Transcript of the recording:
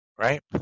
right